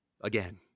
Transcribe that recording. again